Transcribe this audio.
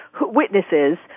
witnesses